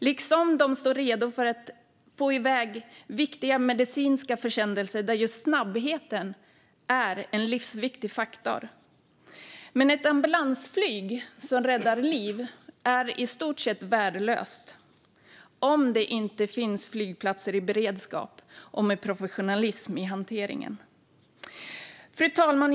De står också redo för att få iväg viktiga medicinska försändelser, där just snabbheten är en livsviktig faktor. Men ett ambulansflyg som räddar liv är i stort sett värdelöst om det inte finns flygplatser i beredskap och med professionalism i hanteringen. Fru talman!